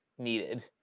needed